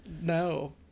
no